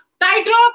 tightrope